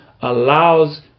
allows